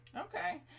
Okay